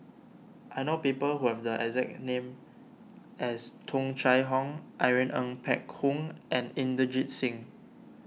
I know people who have the exact name as Tung Chye Hong Irene Ng Phek Hoong and Inderjit Singh